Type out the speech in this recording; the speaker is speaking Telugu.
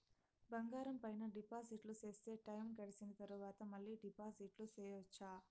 బంగారం పైన డిపాజిట్లు సేస్తే, టైము గడిసిన తరవాత, మళ్ళీ డిపాజిట్లు సెయొచ్చా?